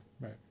right